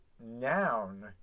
noun